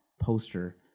poster